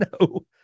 no